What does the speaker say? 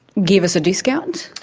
give us a discount?